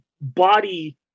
body